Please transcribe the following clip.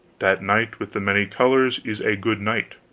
that knight with the many colors is a good knight.